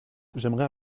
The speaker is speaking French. j’aimerais